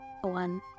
one